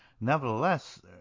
nevertheless